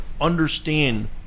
understand